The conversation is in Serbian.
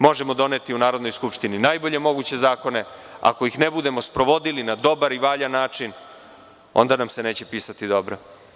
Možemo doneti u Narodnoj skupštini najbolje moguće zakone, ali ako ih ne budemo sprovodili na dobar i valjan način, onda nam se neće pisati dobro.